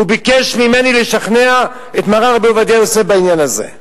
והוא ביקש ממני לשכנע את מרן הרב עובדיה יוסף בעניין הזה.